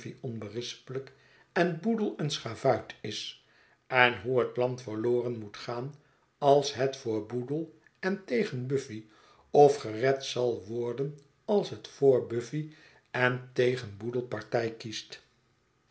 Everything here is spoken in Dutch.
onberispelijk en boodle een schavuit is en hoe het land verloren moet gaan als het voor boodle en tegen buffy of gered zal worden als het voor buffy en tegen boodle partij kiest